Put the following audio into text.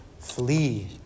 flee